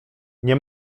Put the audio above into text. nie